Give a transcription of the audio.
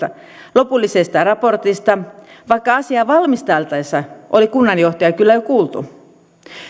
lopullisesta raportista vaikka asiaa valmisteltaessa oli kunnanjohtajaa kyllä jo kuultu